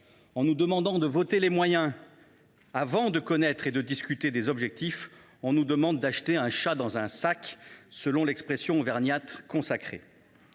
En nous demandant de voter les moyens avant de connaître et de discuter des objectifs, on nous demande d’« acheter un chat dans un sac », selon l’expression auvergnate consacrée.